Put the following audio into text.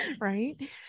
Right